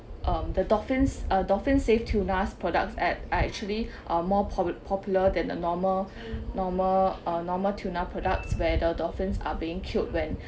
the dolphins uh dolphin safe tunas products are are actually are more pop~ popular than the normal normal uh normal tuna products where the dolphins are being killed when